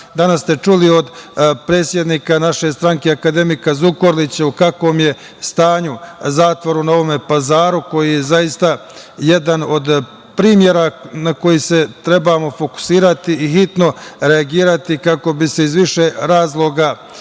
kazni. Danas ste čuli od predsednika naše stranke, akademika Zukorlića u kakvom je stanju zatvor u Novom Pazaru koji je zaista jedan od primera na koji se trebamo fokusirati i hitno reagovati kako bi se iz više razloga